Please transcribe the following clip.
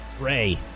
Ray